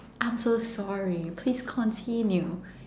I'm so sorry please continue